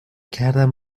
کردم